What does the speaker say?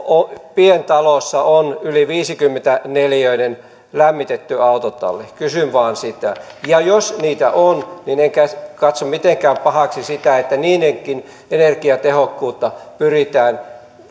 pientalossa on yli viisikymmentä neliöinen lämmitetty autotalli kysyn vaan sitä ja jos niitä on niin en katso mitenkään pahaksi sitä että niidenkin energiatehokkuutta pyritään